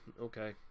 okay